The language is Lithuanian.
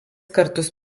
kartus